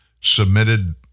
submitted